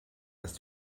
ist